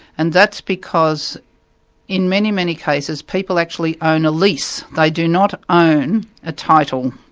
and that's because in many, many cases, people actually own a lease, they do not own a title.